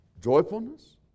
Joyfulness